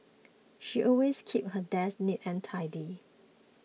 she always keeps her desk neat and tidy